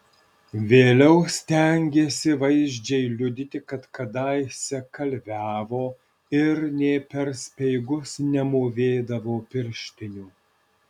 vėliau stengėsi vaizdžiai liudyti kad kadaise kalviavo ir nė per speigus nemūvėdavo pirštinių